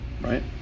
right